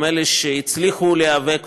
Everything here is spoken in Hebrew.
גם אלה שהצליחו להיאבק ולהילחם,